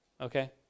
okay